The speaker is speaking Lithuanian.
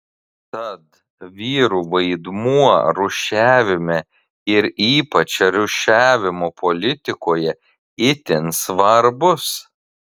tad vyrų vaidmuo rūšiavime ir ypač rūšiavimo politikoje itin svarbus